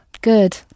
Good